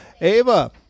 Ava